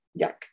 Yuck